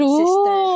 sister